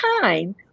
time